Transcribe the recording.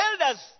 Elders